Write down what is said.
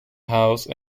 house